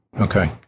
Okay